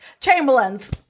Chamberlain's